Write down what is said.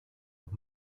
auch